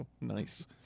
nice